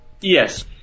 Yes